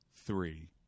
three